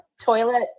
Toilet